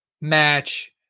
match